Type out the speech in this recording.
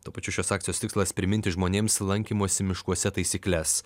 tuo pačiu šios akcijos tikslas priminti žmonėms lankymosi miškuose taisykles